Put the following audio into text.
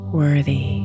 worthy